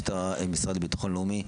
המשרד לביטחון לאומי.